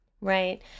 Right